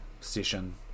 session